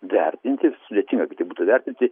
vertinti sudėtinga kitaip būtų vertinti